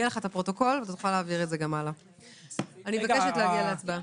אני מבקשת להגיע להצבעה.